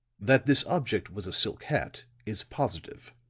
that this object was a silk hat is positive.